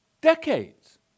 decades